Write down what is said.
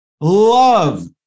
love